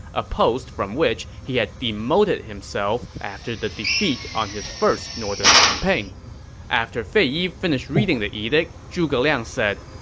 a post from which he had demoted himself after the defeat on his first northern campaign after fei yi finished reading the edict, zhuge liang said,